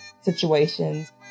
situations